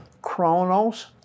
chronos